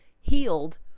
healed